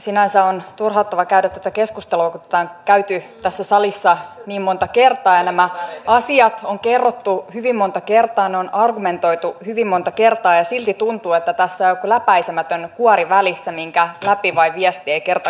sinänsä on turhauttavaa käydä tätä keskustelua kun tätä on käyty tässä salissa niin monta kertaa ja nämä asiat on kerrottu hyvin monta kertaa ne on argumentoitu hyvin monta kertaa ja silti tuntuu että tässä on joku läpäisemätön kuori välissä minkä läpi vain viesti ei kerta kaikkiaan kulje